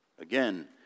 again